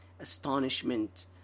Astonishment